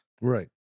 Right